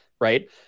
right